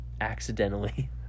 accidentally